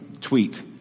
tweet